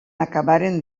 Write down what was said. acabaren